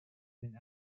been